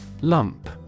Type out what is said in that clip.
lump